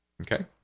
Okay